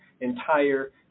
entire